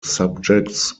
subjects